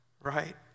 right